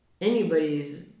anybody's